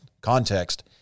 context